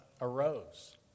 arose